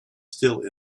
still